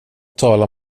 tala